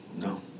no